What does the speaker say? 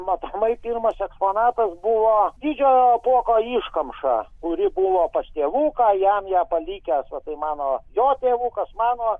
matomai pirmas eksponatas buvo didžiojo apuoko iškamša kuri buvo pas tėvuką jam ją palikęs vat mano jo tėvukas mano